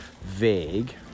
vague